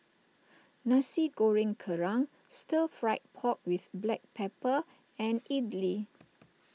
Nasi Goreng Kerang Stir Fried Pork with Black Pepper and Idly